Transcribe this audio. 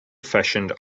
fashioned